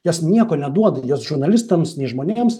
jos nieko neduoti jos žurnalistams nei žmonėms